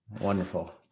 Wonderful